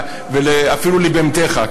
ואפילו לבהמתך.